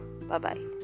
Bye-bye